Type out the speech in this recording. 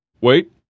Wait